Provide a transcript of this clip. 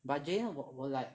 but Jayen 我 like